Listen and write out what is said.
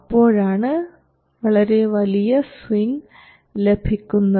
അപ്പോഴാണ് വളരെ വലിയ സ്വിങ് ലഭിക്കുന്നത്